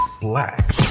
black